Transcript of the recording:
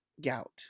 gout